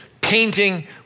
painting